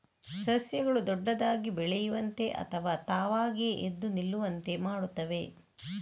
ಸಸ್ಯಗಳು ದೊಡ್ಡದಾಗಿ ಬೆಳೆಯುವಂತೆ ಅಥವಾ ತಾವಾಗಿಯೇ ಎದ್ದು ನಿಲ್ಲುವಂತೆ ಮಾಡುತ್ತವೆ